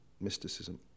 mysticism